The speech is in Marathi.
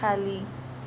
खाली